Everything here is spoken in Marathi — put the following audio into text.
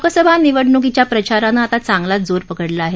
लोकसभा निवडणुकीच्या प्रचारानं आता चांगलाच जोर पकडला आहे